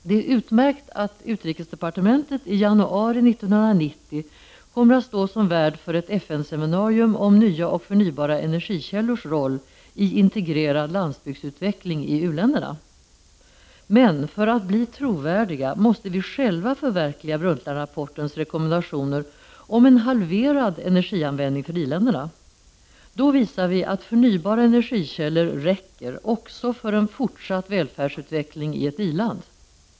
Det är utmärkt att utrikesdepartementet i januari 1990 kommer att stå som värd för ett FN-seminarium om nya och förnybara energikällors roll i integrerad landsbygdsutveckling i u-länderna. För att bli trovärdiga måste vi dock själva förverkliga Brundtlandrapportens rekommendationer om en halverad energianvändning för i-länderna. Då visar vi att förnybara energikällor också räcker för en fortsatt välfärdsutveckling i ett i-land.